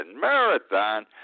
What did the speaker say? Marathon